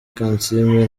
kansiime